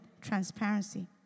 Transparency